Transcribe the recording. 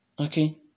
okay